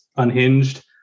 unhinged